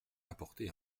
apporter